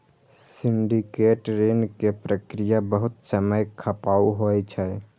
syndicate ऋण के प्रक्रिया बहुत समय खपाऊ होइ छै